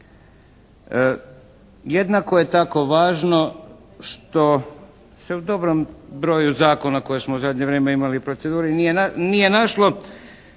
Jednako je tako važno što se u dobrom broju zakona koje smo u zadnje vrijeme u proceduri nije našlo